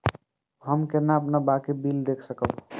हम केना अपन बाकी बिल के देख सकब?